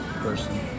person